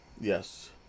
Yes